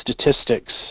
statistics